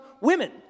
women